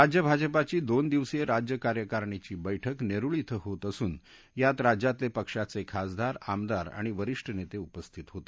राज्य भाजपाची दोन दिवसीय राज्यकार्यकारिणीची बैठक नेरुळ इं होत असून यात राज्यातले पक्षाचे खासदार आमदार आणि वरिष्ठ नेते उपस्थित होते